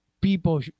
people